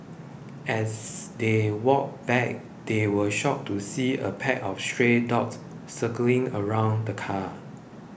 as they walked back they were shocked to see a pack of stray dogs circling around the car